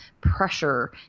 pressure